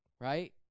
Right